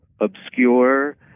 obscure